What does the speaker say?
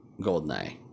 goldeneye